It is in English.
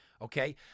okay